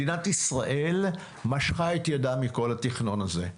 מדינת ישראל משכה את ידה מכל התכנון הזה,